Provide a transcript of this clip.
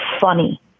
funny